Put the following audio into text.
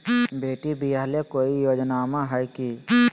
बेटी ब्याह ले कोई योजनमा हय की?